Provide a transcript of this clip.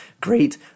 great